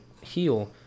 heal